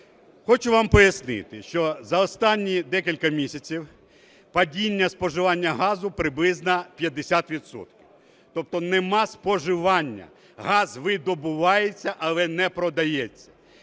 Хочу вам пояснити, що за останні декілька місяців падіння споживання газу приблизно 50 відсотків. Тобто немає споживання. Газ видобувається, але не продається.